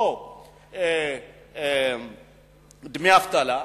לו דמי אבטלה,